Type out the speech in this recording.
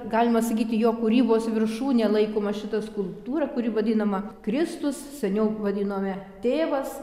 galima sakyti jo kūrybos viršūne laikoma šita skulptūra kuri vadinama kristus seniau vadinome tėvas